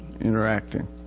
interacting